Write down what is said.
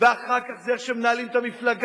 ואחר כך זה איך מנהלים את המפלגה,